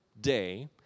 day